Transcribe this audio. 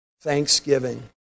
Thanksgiving